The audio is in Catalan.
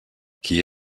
qui